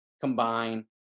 combine